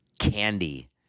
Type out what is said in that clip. candy